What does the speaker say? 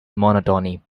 monotony